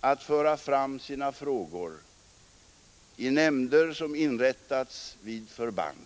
att föra fram sina frågor i nämnder som inrättats vid förbanden.